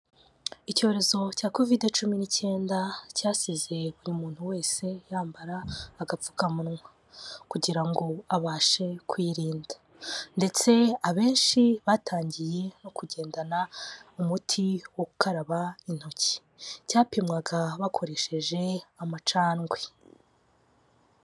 Icyorezo cya Covid cumi n'icyenda, cyasezeye buri muntu wese yambara agapfukamunwa. Kugira ngo abashe kuyirinda. Ndetse abenshi batangiye no kugendana umuti wo gukaraba intoki. Cyapimwaga bakoresheje amacandwe.